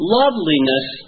loveliness